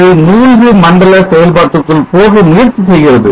இது மூழ்கு மண்டல செயல்பாட்டுக்குள் போக முயற்சி செய்கிறது